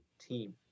team